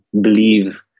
believe